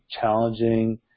challenging